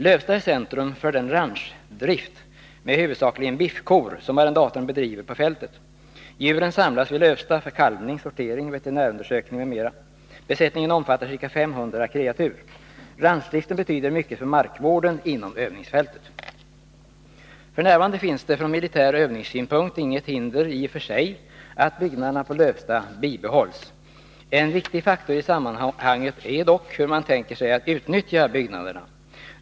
Lövsta är centrum för den ranchdrift med huvudsakligen biffkor som arrendatorn bedriver på fältet. Djuren samlas vid Lövsta för kalvning, sortering, veterinärundersökning m.m. Besättningen omfattar ca 500 kreatur. Ranchdriften betyder mycket för markvården inom övningsfältet. F. n. finns det från militär övningssynpunkt i och för sig inget hinder för att byggnaderna på Lövsta bibehålls. En viktig faktor i sammanhanget är dock hur man tänker sig att utnyttja byggnaderna.